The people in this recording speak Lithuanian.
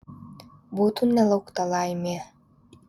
būtų nelaukta laimė